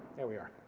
there we are.